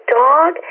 dog